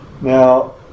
Now